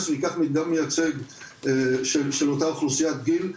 וייקח מדגם מייצג של אותה אוכלוסיית גיל,